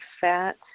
fat